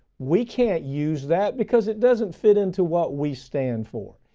we can't use that because it doesn't fit into what we stand for.